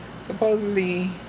Supposedly